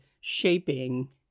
shaping